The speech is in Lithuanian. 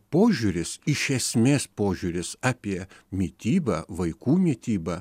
požiūris iš esmės požiūris apie mitybą vaikų mitybą